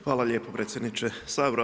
Hvala lijepo predsjedniče Sabora.